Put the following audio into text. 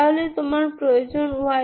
সুতরাং তোমার প্রয়োজন y2